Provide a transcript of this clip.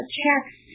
checks